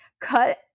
Cut